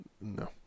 No